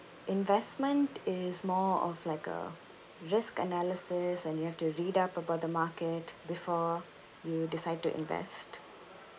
investment is more of like a risk analysis and you have to read up about the market before you decide to invest